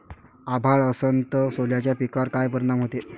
अभाळ असन तं सोल्याच्या पिकावर काय परिनाम व्हते?